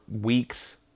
weeks